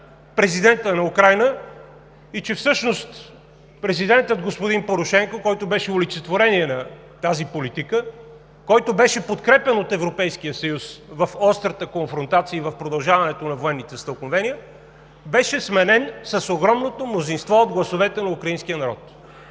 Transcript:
президента на Украйна и че всъщност президентът господин Порошенко, който беше олицетворение на тази политика, който беше подкрепян от Европейския съюз в острата конфронтация и в продължаването на военните стълкновения, беше сменен с огромното мнозинство от гласовете на украинския народ,